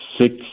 Six